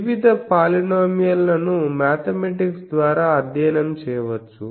వివిధ పోలీనోమియల్ లను మ్యాథమెటిక్స్ ద్వారా అధ్యయనం చేయవచ్చు